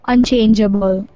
Unchangeable